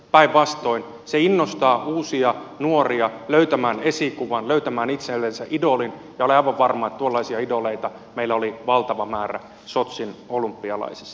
päinvastoin se innostaa uusia nuoria löytämään esikuvan löytämään itsellensä idolin ja olen aivan varma että tuollaisia idoleita meillä oli valtava määrä sotsin olympialaisissa